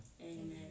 amen